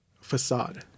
facade